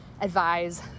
advise